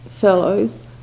fellows